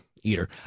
eater